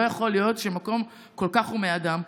לא יכול להיות שמקום כל כך הומה מאדם,